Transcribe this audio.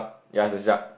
ya there's a shark